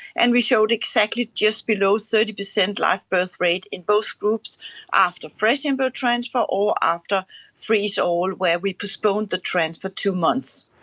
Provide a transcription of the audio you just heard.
and we showed exactly just below thirty percent live birth rate in both groups after fresh embryo but transfer or after freeze-all where we postponed the transfer two months.